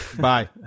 Bye